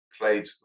played